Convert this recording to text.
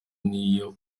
nibyo